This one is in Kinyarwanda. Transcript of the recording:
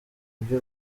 ibyo